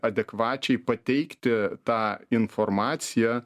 adekvačiai pateikti tą informaciją